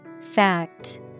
Fact